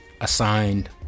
assigned